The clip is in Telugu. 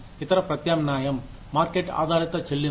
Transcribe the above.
ఇతర ప్రత్యామ్నాయం మార్కెట్ ఆధారిత చెల్లింపు